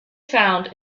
found